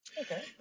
Okay